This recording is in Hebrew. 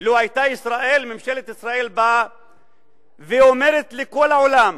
לו היתה ממשלת ישראל באה ואומרת לכל העולם: